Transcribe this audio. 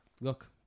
look